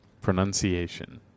Pronunciation